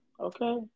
Okay